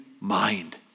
mind